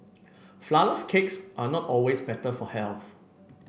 flourless cakes are not always better for health